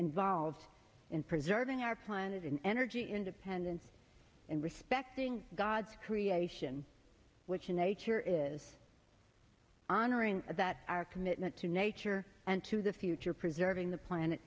and volved in preserving our planet and energy independence and respecting god's creation which in nature is honoring that our commitment to nature and to the future preserving the planet